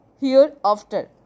hereafter